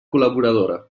col·laboradora